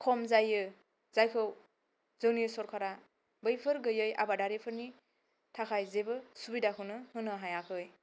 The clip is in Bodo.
खम जायो जायखौ जोंनि सरकारा बैफोर गोयै आबादारिनि थाखाय जेबो सुबिदाखौनो होनो हायाखै